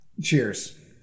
Cheers